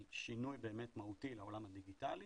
של שינוי באמת מהותי לעולם הדיגיטלי